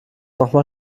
nochmal